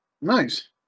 Nice